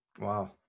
wow